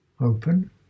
open